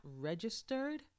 registered